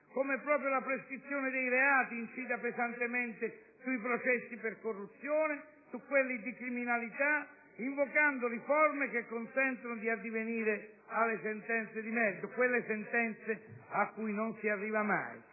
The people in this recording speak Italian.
come proprio la prescrizione dei reati incida pesantemente sui processi per corruzione, su quelli di criminalità, invocando riforme che consentano di addivenire alle sentenze di merito, quelle sentenze a cui non si arriva mai.